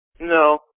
No